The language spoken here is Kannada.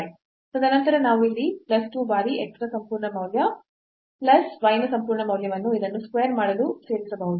ತದನಂತರ ನಾವು ಇಲ್ಲಿ ಪ್ಲಸ್ 2 ಬಾರಿ x ನ ಸಂಪೂರ್ಣ ಮೌಲ್ಯ ಪ್ಲಸ್ y ನ ಸಂಪೂರ್ಣ ಮೌಲ್ಯವನ್ನು ಇದನ್ನು ಸ್ಕ್ವೇರ್ ಮಾಡಲು ಸೇರಿಸಬಹುದು